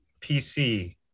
PC